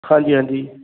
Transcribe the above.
ਹਾਂਜੀ ਹਾਂਜੀ